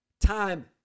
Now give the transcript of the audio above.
time